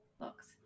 looks